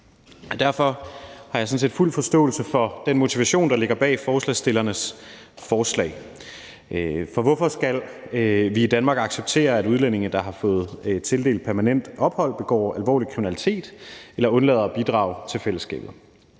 Derfor har jeg sådan set fuld forståelse for den motivation, der ligger bag forslagsstillernes forslag. For hvorfor skal vi i Danmark acceptere, at udlændinge, der har fået tildelt permanent ophold, begår alvorlig kriminalitet eller undlader at bidrage til fællesskabet?